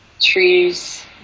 trees